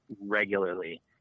regularly